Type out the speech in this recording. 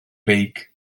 beic